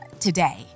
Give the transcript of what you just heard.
Today